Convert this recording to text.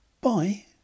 Bye